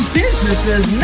businesses